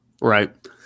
right